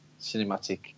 cinematic